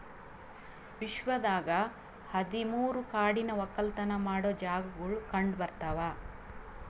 ವಿಶ್ವದಾಗ್ ಹದಿ ಮೂರು ಕಾಡಿನ ಒಕ್ಕಲತನ ಮಾಡೋ ಜಾಗಾಗೊಳ್ ಕಂಡ ಬರ್ತಾವ್